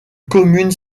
commune